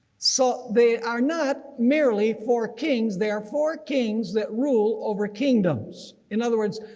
so they are not merely four kings, they are four kings that rule over kingdoms. in other words,